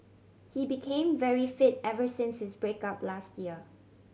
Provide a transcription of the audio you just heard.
he became very fit ever since his break up last year